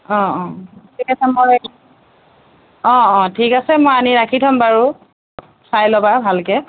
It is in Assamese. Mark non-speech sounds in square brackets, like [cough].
অ অ [unintelligible] অ অ ঠিক আছে মই আনি ৰাখি থ'ম বাৰু চাই ল'বা ভালকৈ